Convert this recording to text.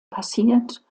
passiert